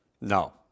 No